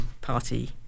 party